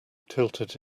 tilted